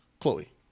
Chloe